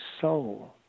soul